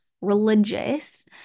religious